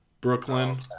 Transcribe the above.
Brooklyn